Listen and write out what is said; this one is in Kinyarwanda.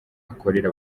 akorera